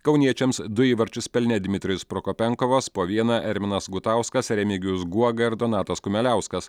kauniečiams du įvarčius pelnė dmitrijus prokopenkovas po vieną erminas gutauskas remigijus guoga ir donatas kumeliauskas